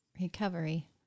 Recovery